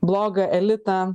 blogą elitą